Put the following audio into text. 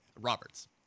roberts